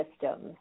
systems